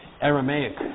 Aramaic